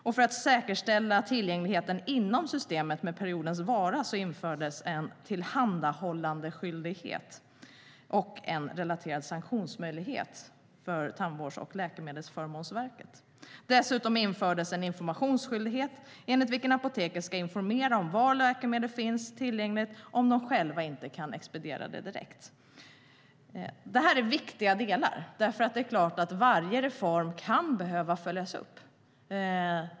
Och för att säkerställa tillgängligheten inom systemet med periodens vara infördes en tillhandahållandeskyldighet och en relaterad sanktionsmöjlighet för Tandvårds och läkemedelsförmånsverket. Dessutom infördes en informationsskyldighet enligt vilken apoteken ska informera om var ett läkemedel finns tillgängligt ifall de inte själva kan expediera det direkt. Det är viktiga delar eftersom det är klart att varje reform kan behöva följas upp.